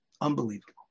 unbelievable